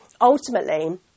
ultimately